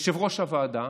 יושב-ראש הוועדה,